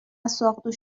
ساقدوش